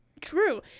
True